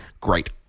great